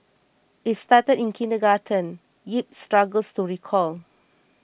it started in kindergarten yip struggles to recall